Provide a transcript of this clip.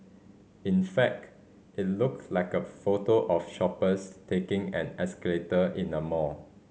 in fact it looked like a photo of shoppers taking an escalator in a mall